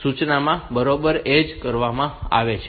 તેથી સૂચનામાં બરાબર એ જ કરવામાં આવે છે